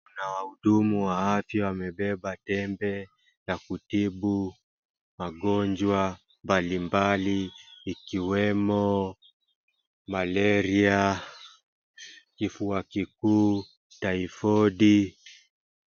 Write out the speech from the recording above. Kuna wahudumu wa afya wamebeba tembe ya kutibu magonjwa mbali mbali ikiwemo Malaria Kifua kikuu typhoid .